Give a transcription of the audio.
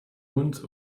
hund